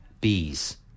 bees